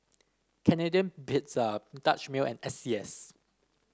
Canadian Pizza Dutch Mill and S C S